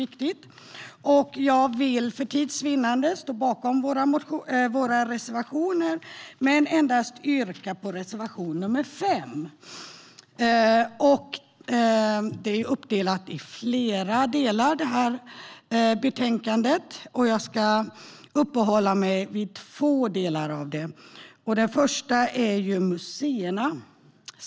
Jag står bakom våra reservationer, men för tids vinnande yrkar jag bifall endast till reservation 5. Betänkandet är uppdelat i flera delar. Jag ska uppehålla mig vid två av dem. Den första gäller museerna.